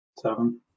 seven